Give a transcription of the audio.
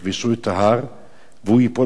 והוא ייפול בסופו של דבר לידיהם,